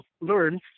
learn